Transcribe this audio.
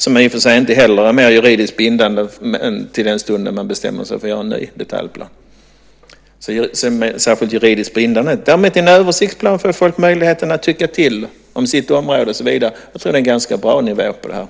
De är i och för sig inte heller juridiskt bindande längre än till den stunden då man bestämmer sig för att göra en ny detaljplan. Så den är inte så särskilt juridiskt bindande. I en översiktsplan får folk däremot möjligheter att tycka till om sitt område. Jag tror att det är en ganska bra nivå på detta.